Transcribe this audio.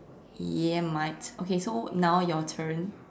ya mate okay so now your turn